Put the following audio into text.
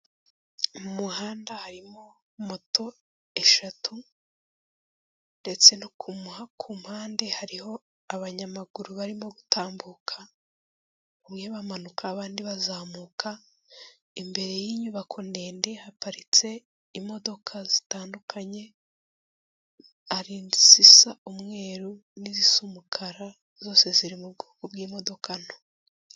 Mu muhanda harimo moto eshatu ndetse no ku mpande hariho abanyamaguru barimo gutambuka, bamwe bamanuka abandi bazamuka, imbere y'iyi nyubako ndende haparitse imodoka zitandukanye, ari izisa umweru n'izisa umukara, zose ziri mu bwoko bw'imodoka nto.